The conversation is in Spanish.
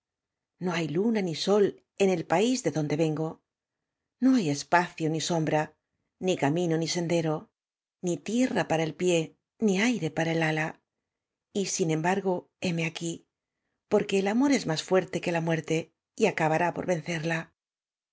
no hay luna ni sol en el país de donde vengo no hay espacio ni sombra ni camino ni sendero ni tierra para el pié ni aire para el ala y sin embargo heme aquí porque el amor es más fuerte que la muer te y acabará por vencerla